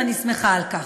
ואני שמחה על כך.